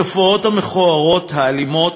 התופעות המכוערות, הקשות, האלימות,